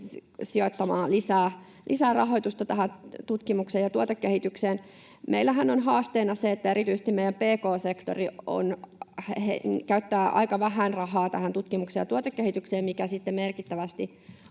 sijoittamaan lisää rahoitusta tähän tutkimukseen ja tuotekehitykseen. Meillähän on haasteena se, että erityisesti meidän pk-sektori käyttää aika vähän rahaa tähän tutkimukseen ja tuotekehitykseen, mikä sitten merkittävästi